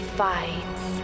fights